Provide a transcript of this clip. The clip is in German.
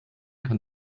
kann